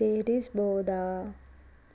ತೇರಿಸಬೋದ?